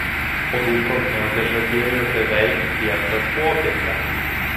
orų prognozė žadėjo beveik giedrą popietę